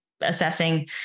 assessing